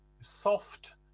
soft